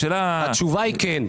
התשובה היא כן.